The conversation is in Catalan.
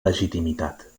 legitimitat